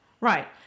Right